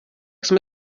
jsme